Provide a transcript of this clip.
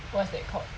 what's that called